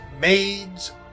maids